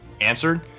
answered